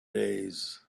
days